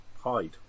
hide